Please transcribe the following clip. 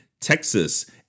Texas